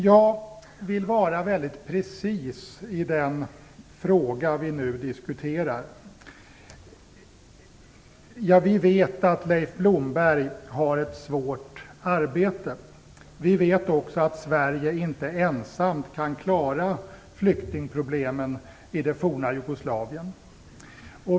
Jag vill vara väldigt precis i den fråga vi nu diskuterar. Vi vet att Leif Blomberg har ett svårt arbete. Vi vet också att Sverige inte ensamt kan klara flyktingproblemen i det forna Jugoslavien.